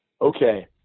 okay